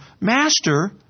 master